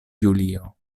julio